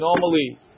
normally